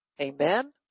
Amen